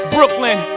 Brooklyn